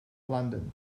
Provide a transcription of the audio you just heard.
london